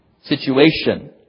situation